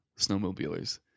snowmobilers